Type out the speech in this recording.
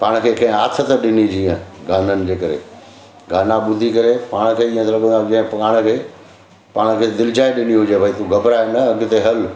पाण खे कंहिं आथथ ॾिनी जीअं गाननि जे करे गाना ॿुधी करे पाण खे इअं लॻंदो आहे जीअं पाण खे पाण खे दिलि चाहे ॾिनी हुजे भई तूं घबराए न अॻिते हल